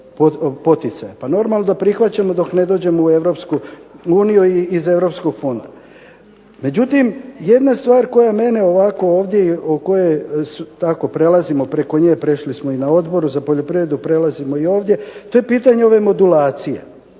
Pa normalno da prihvaćamo dok ne dođemo u Europsku uniju i iz europskog fonda. Međutim jedna stvar koja mene ovdje preko koje prelazimo preko nje prešli smo i na Odboru za poljoprivredu prešli smo i ovdje, to je pitanje modulacije.